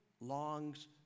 longs